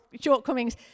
shortcomings